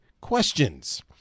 questions